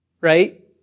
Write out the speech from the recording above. right